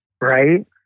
right